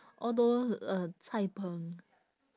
all those uh cai-png